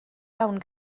iawn